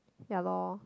ya lor